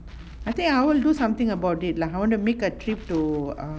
I think I will do something about it lah I want to make a trip to err